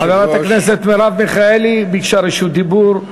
חברת הכנסת מרב מיכאלי ביקשה רשות דיבור